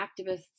activists